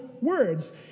words